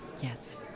Yes